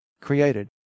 created